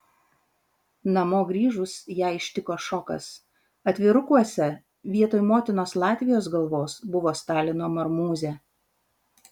namo grįžus ją ištiko šokas atvirukuose vietoj motinos latvijos galvos buvo stalino marmūzė